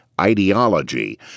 ideology